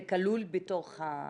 זה כלול בתוך...?